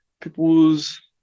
people's